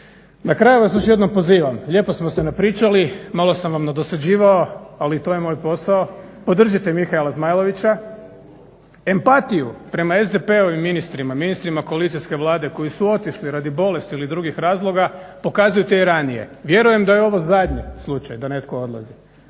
Na kraju vas još jednom pozivam, lijepo smo se napričali, malo sam vam nadosađivao ali to je moj posao. Podržite Mihaela Zmajlovića. Empatiju prema SDP-ovim ministrima, ministrima koalicijske vlade koji su otišli radi bolesti ili drugih razloga pokazujte i ranije. Vjerujem da je ovo zadnji slučaj da netko odlazi,